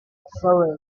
surrey